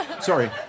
Sorry